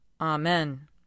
Amen